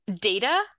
data